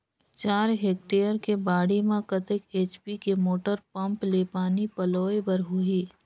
चार हेक्टेयर के बाड़ी म कतेक एच.पी के मोटर पम्म ले पानी पलोय बर होही?